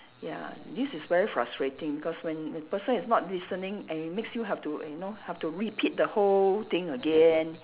ya this is very frustrating because when when person is not listening and it makes you have to you know have to repeat the whole thing again